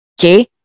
Okay